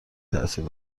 تاثیر